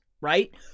right